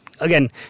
again